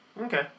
Okay